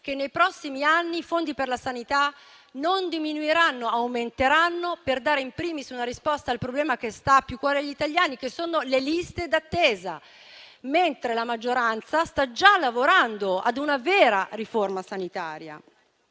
che nei prossimi anni i fondi per la sanità non diminuiranno, ma aumenteranno, per dare *in primis* una risposta al problema che sta più a cuore agli italiani: le liste d'attesa. La maggioranza sta già lavorando ad una vera riforma sanitaria.